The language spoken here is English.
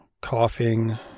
coughing